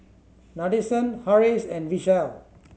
Nadesan Haresh and Vishal